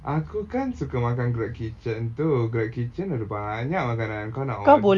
aku kan suka makan kitchen tu kitchen ada banyak makanan nak order